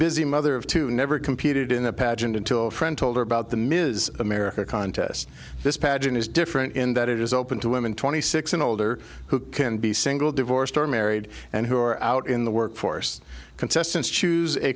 busy mother of two never competed in the pageant until friend told her about the ms america contest this pageant is different in that it is open to women twenty six and older who can be single divorced or married and who are out in the workforce consistence choose a